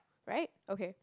right okay